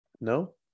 No